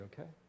Okay